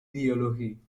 ideologie